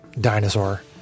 dinosaur